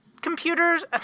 computers